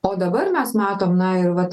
o dabar mes matom na ir vat